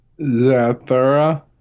Zathura